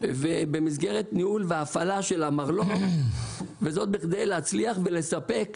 ובמסגרת ניהול והפעלה של המרלו"ג וזאת בכדי להצליח ולספק